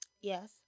Yes